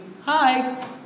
hi